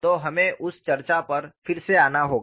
तो हमें उस चर्चा पर फिर से आना होगा